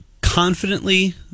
confidently